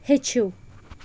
ہیٚچھِو